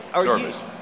service